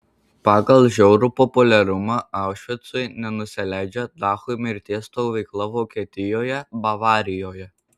pagal žiaurų populiarumą aušvicui nenusileidžia dachau mirties stovykla vokietijoje bavarijoje